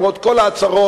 למרות כל ההצהרות,